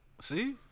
See